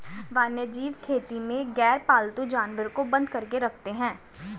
वन्यजीव खेती में गैरपालतू जानवर को बंद करके रखते हैं